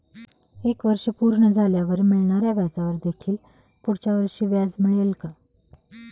एक वर्ष पूर्ण झाल्यावर मिळणाऱ्या व्याजावर देखील पुढच्या वर्षी व्याज मिळेल का?